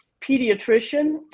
pediatrician